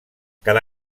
cada